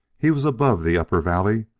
he was above the upper valley,